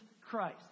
Christ